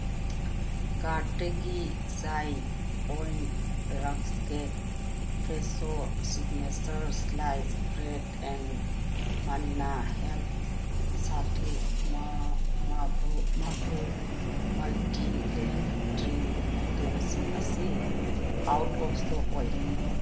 ꯀꯥꯔꯠꯇꯒꯤ ꯆꯥꯏ ꯄꯣꯏꯟ ꯔꯛꯁ cake Fresho signatures slice bread and Manna health sathu maavu maavu multigrain drink ꯑꯥꯏꯇꯦꯝꯁꯤꯡ ꯑꯁꯤ ꯑꯥꯎꯠ ꯑꯣꯐ ꯏꯁꯇꯣꯛ ꯑꯣꯔꯦ